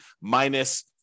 minus